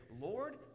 Lord